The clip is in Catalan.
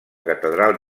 catedral